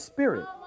Spirit